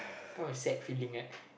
kind of a sad feeling right